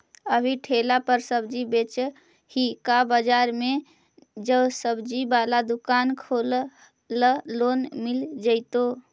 अभी ठेला पर सब्जी बेच ही का बाजार में ज्सबजी बाला दुकान खोले ल लोन मिल जईतै?